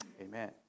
Amen